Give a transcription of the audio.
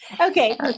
Okay